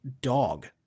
Dog